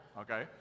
okay